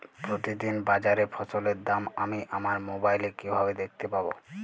প্রতিদিন বাজারে ফসলের দাম আমি আমার মোবাইলে কিভাবে দেখতে পাব?